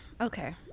okay